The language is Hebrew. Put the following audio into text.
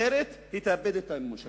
אחרת היא תאבד את אמון הציבור.